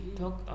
talk